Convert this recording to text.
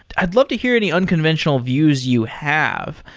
i'd love to hear any unconventional views you have.